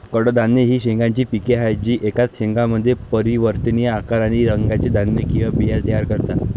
कडधान्ये ही शेंगांची पिके आहेत जी एकाच शेंगामध्ये परिवर्तनीय आकार आणि रंगाचे धान्य किंवा बिया तयार करतात